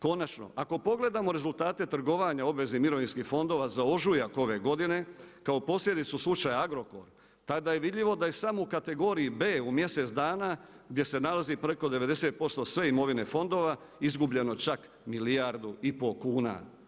Konačno, ako pogledamo rezultate trgovanja obveznih mirovinskih fondova za ožujak ove godine, kako posljedica slučaja Agrokor, tada je vidljivo da je samo u kategoriji B u mjesec dana, gdje se nalazi otprilike 90% sve imovine fondova, izgubljeno čak milijardu i pol kuna.